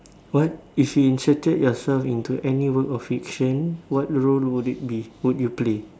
what if you inserted yourself into any work of fiction what role would it be would you play